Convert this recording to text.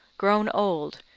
grown old,